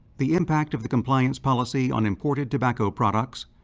the impact of the compliance policy on imported tobacco products,